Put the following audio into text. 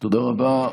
תודה רבה.